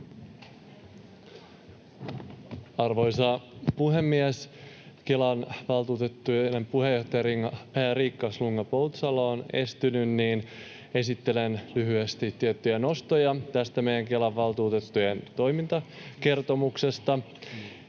Arvoisa puhemies! Kelan valtuutettujen puheenjohtaja Riikka Slunga-Poutsalo on estynyt, joten esittelen lyhyesti tiettyjä nostoja tästä meidän Kelan valtuutettujen toimintakertomuksesta.